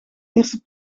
eerste